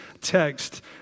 text